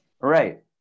Right